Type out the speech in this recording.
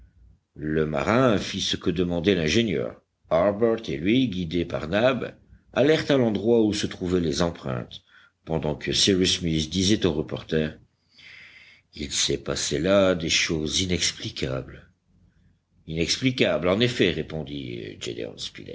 le marin fit ce que demandait l'ingénieur harbert et lui guidés par nab allèrent à l'endroit où se trouvaient les empreintes pendant que cyrus smith disait au reporter il s'est passé là des choses inexplicables inexplicables en effet répondit